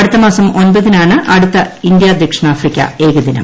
അടുത്ത മാസം ഒൻപതിനാണ് അടുത്ത ഇന്ത്യ ദക്ഷിണാഫ്രിക്ക ഏകദിനം